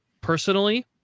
personally